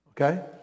Okay